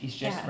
ya